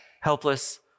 helpless